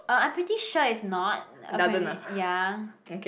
uh I'm pretty sure it's not apparently ya